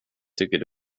tycker